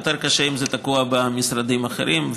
יותר קשה אם זה תקוע במשרדים אחרים,